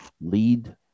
lead